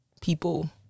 people